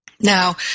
Now